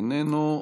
איננו.